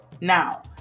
Now